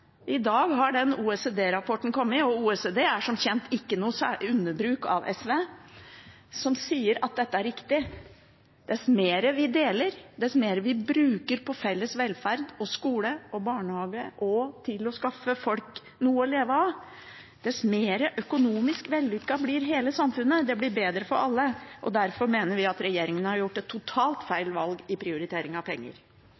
I dag har OECD-rapporten kommet – og OECD er som kjent ikke noe underbruk av SV – som sier at dette er riktig: Dess mer vi deler, dess mer vi bruker på felles velferd, på skole, på barnehage og på å skaffe folk noe å leve av, dess mer økonomisk vellykket blir hele samfunnet. Det blir bedre for alle! Derfor mener vi at regjeringen har gjort et totalt